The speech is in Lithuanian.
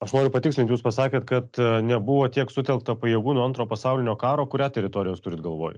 aš noriu patikslint jūs pasakėt kad nebuvo tiek sutelkta pajėgų nuo antro pasaulinio karo kurią teritoriją jūs turit galvoj